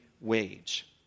wage